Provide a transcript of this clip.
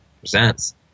Presents